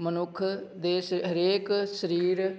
ਮਨੁੱਖ ਦੇ ਸ ਹਰੇਕ ਸਰੀਰ